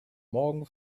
morgen